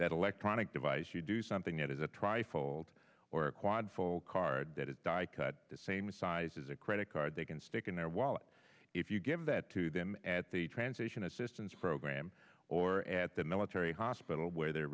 that electronic device you do something that is a tri fold or a quad fold card that it cut the same size as a credit card they can stick in their wallet if you give that to them at the transition assistance program or at the military hospital where they're